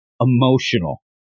emotional